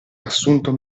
assunto